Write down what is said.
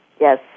Yes